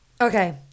Okay